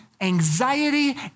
anxiety